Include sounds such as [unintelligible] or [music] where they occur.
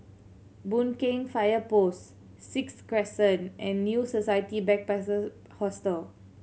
Boon Keng Fire Post Sixth Crescent and New Society [unintelligible] Hostel